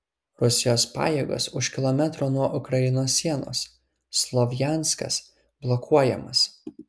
rusijos pajėgos už kilometro nuo ukrainos sienos slovjanskas blokuojamas